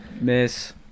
Miss